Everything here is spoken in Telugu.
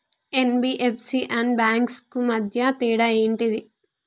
ఎన్.బి.ఎఫ్.సి అండ్ బ్యాంక్స్ కు మధ్య తేడా ఏంటిది?